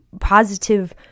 positive